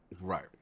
right